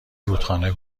رودخانه